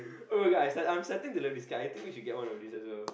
[oh]-my-god I'm I'm starting to love this card I think we should get one of this also